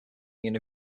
union